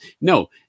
No